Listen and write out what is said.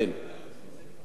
למדינת ישראל,